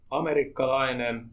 amerikkalainen